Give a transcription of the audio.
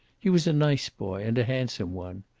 he was a nice boy and a handsome one.